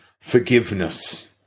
forgiveness